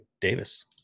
Davis